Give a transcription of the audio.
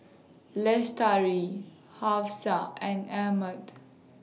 Lestari Hafsa and Ahmad